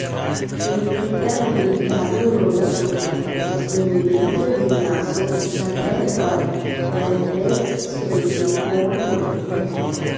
imprinter में एक धातु रोलर होता है, जिसमें विभिन्न विन्यासों में सतह पर वेल्डेड स्टील के कोण होते हैं